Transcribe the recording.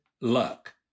luck